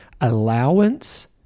allowance